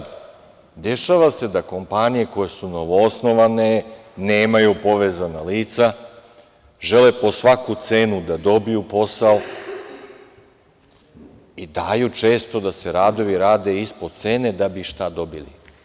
Dešava se da kompanije koje su novoosnovane nemaju povezana lica, žele po svaku cenu da dobiju posao i daju često da se radovi rade ispod cene, da bi šta dobili?